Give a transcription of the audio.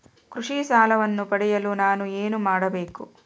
ಕೃಷಿ ಸಾಲವನ್ನು ಪಡೆಯಲು ನಾನು ಏನು ಮಾಡಬೇಕು?